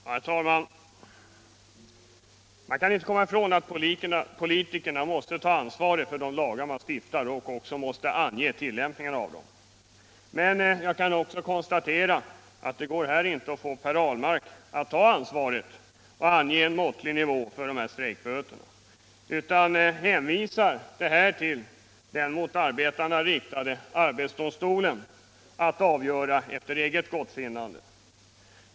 Herr talman! Man kan inte komma ifrån att politikerna måste ta ansvaret för de lagar de stiftar och också ange deras tillämpning. Men jag konstaterar att det inte går att få Per Ahlmark att ta ansvaret och ange en måttlig nivå för strejkböter. Han hänvisar i stället frågan till den mot arbetarna riktade arbetsdomstolen, att avgöras efter dess eget gottfinnande.